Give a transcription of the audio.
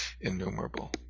innumerable